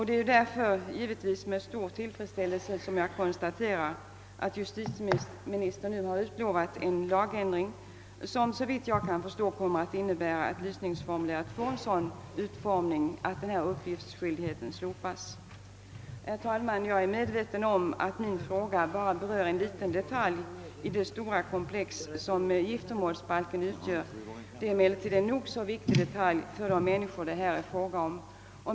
Det är givetvis med stor tillfredsställelse jag konstaterar att justitieministern nu har utlovat en lagändring, som såvitt jag kan förstå kommer att innebära att lysningsformuläret får sådan utformning att denna uppgiftsskyldighet bortfaller. Herr talman! Jag är medveten om att nin fråga bara berör en liten detalj i det stora komplex som giftermålsbalken utgör; det är emellertid en nog så viktig detalj för de människor saken gäller.